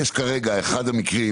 יש כרגע, אחד המקרים